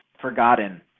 forgotten